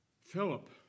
Philip